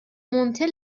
monté